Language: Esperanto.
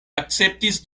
akceptis